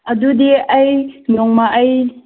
ꯑꯗꯨꯗꯤ ꯑꯩ ꯅꯣꯡꯃ ꯑꯩ